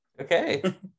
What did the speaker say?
Okay